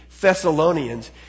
Thessalonians